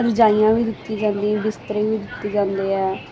ਰਜਾਈਆਂ ਵੀ ਦਿੱਤੀਆਂ ਜਾਂਦੀਆਂ ਬਿਸਤਰੇ ਵੀ ਦਿੱਤੇ ਜਾਂਦੇ ਆ